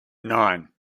nine